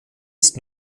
ist